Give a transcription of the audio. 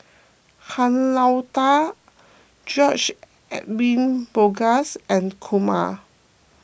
Han Lao Da George Edwin Bogaars and Kumar